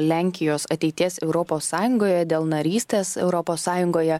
lenkijos ateities europos sąjungoje dėl narystės europos sąjungoje